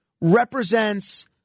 represents